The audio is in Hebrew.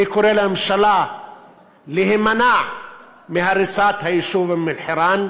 אני קורא לממשלה להימנע מהריסת היישוב אום-אלחיראן.